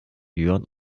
jörn